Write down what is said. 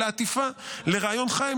אלא עטיפה לרעיון חי,